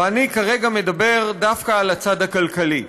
ואני כרגע מדבר דווקא על הצד הכלכלי.